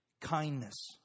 kindness